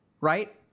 right